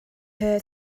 her